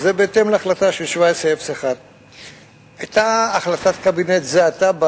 וזה בהתאם להחלטה 1701. היתה החלטת קבינט זה עתה,